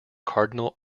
cardinal